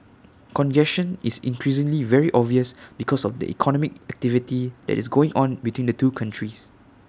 congestion is increasingly very obvious because of the economic activity that is going on between the two countries